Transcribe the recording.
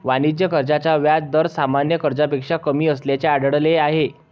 वाणिज्य कर्जाचे व्याज दर सामान्य कर्जापेक्षा कमी असल्याचे आढळले आहे